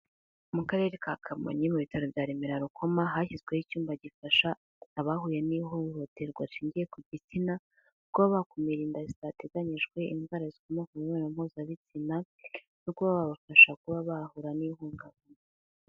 Mu Karere ka Kamonyi mu bitaro bya Remera-Rukoma, hashyizweho icyumba gifasha abahuye n'ihohoterwa rishingiye ku gitsina, kuba bakumira inda zitateganyijwe, indwara zikomoka ku mibonano mpuzabitsina no kuba babafasha kuba bahura n'ihungabana.